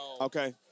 Okay